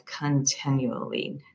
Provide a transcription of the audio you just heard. continually